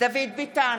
דוד ביטן,